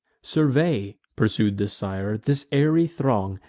survey, pursued the sire, this airy throng,